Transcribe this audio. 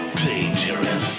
dangerous